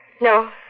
No